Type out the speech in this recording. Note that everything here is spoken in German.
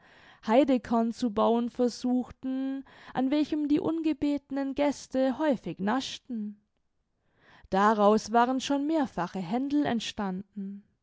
haidekorn zu bauen versuchten an welchem die ungebetenen gäste häufig naschten daraus waren schon mehrfache händel entstanden